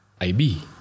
IB